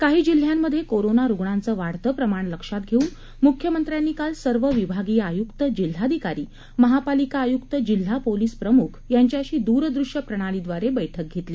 काही जिल्ह्यांमध्ये कोरोना रुग्णांचं वाढतं प्रमाण लक्षात घेऊन मुख्यमंत्र्यांनी काल सर्व विभागीय आयुक्त जिल्हाधिकारी महापालिका आयुक्त जिल्हा पोलिस प्रमुख यांच्याशी द्रदृश्य प्रणालीद्वारे बैठक घेतली